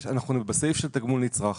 בסעיף של תגמול נצרך,